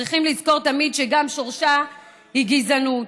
צריכים לזכור תמיד שגם שורשה הוא גזענות.